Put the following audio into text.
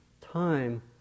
time